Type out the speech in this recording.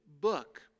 book